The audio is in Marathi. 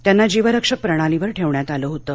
त्यांना जीवरक्षक प्रणालीवर ठेवण्यात आलं होतं